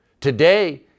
Today